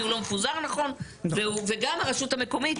כי הוא לא מפוזר נכון וגם הרשות המקומית,